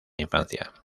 infancia